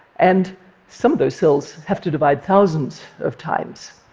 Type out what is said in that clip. and some of those cells have to divide thousands of times.